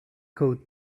coat